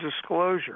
disclosure